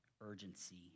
urgency